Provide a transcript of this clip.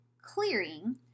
clearing